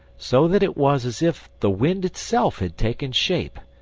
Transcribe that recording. so that it was as if the wind itself had taken shape,